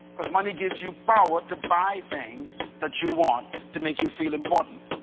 cuz money gives you power to buy things that you want to make you feel important.